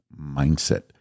mindset